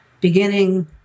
beginning